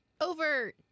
over